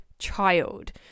child